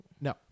No